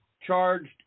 charged